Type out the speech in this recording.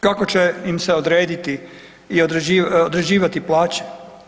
Kako će im se odrediti i određivati plaća?